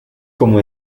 como